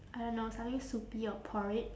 I don't know something soupy or porridge